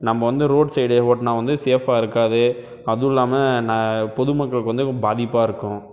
நம்ம வந்து road side ஓட்டினா வந்து சேஃப்பாக இருக்காது அதுவும் இல்லாமல் நான் பொதுமக்களுக்கு வந்து பாதிப்பாக இருக்கும்